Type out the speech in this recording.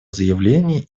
заявление